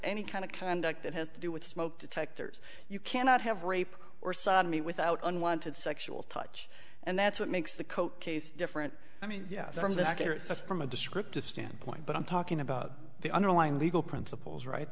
any kind of kind that has to do with smoke detectors you cannot have rape or sodomy without unwanted sexual touch and that's what makes the coat case different i mean from a descriptive standpoint but i'm talking about the underlying legal principles ri